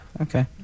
Okay